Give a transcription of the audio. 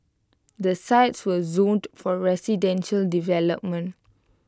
the sites were zoned for residential development